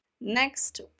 Next